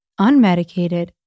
unmedicated